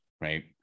right